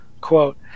quote